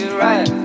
right